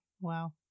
Wow